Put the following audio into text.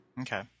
Okay